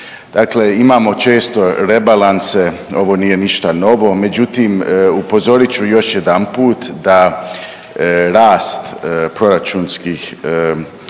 Dakle, imamo često rebalanse, ovo nije ništa novo, međutim upozorit ću još jedanput da rast proračunskih sredstava